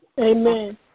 Amen